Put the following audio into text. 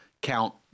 count